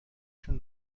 شون